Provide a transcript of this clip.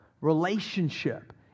Relationship